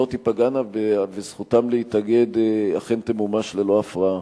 תיפגענה וזכותם להתאגד אכן תמומש ללא הפרעה.